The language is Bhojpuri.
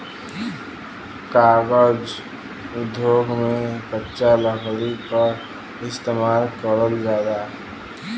कागज उद्योग में कच्चा लकड़ी क इस्तेमाल करल जाला